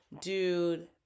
dude